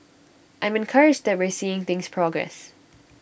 I'm encouraged that we're seeing things progress